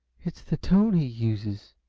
it's the tone he uses,